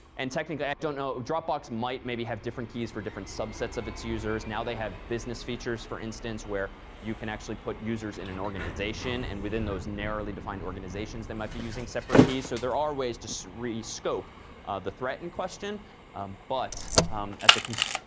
and technically i don't know dropbox might maybe have different keys for different subsets of its users. now they have business features, for instance, where you can actually put users in an organization, and within those narrowly-defined organizations they might be using separate keys. so there are ways to so re-scope the threat in question but at the audience